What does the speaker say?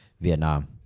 Vietnam